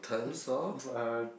it's over